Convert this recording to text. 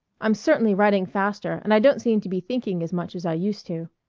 i'm certainly writing faster and i don't seem to be thinking as much as i used to.